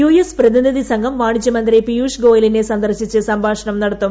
U S പ്രതിനിധി സംഘം വാണിജ്യമന്ത്രി പീയൂഷ് ഗോയലിനെ സന്ദർശിച്ച് സംഭാഷണം നടത്തും